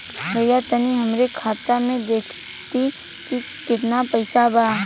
भईया तनि हमरे खाता में देखती की कितना पइसा बा?